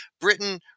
Britain